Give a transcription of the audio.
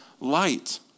light